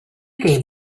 gave